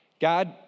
God